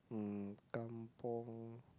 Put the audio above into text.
um kampung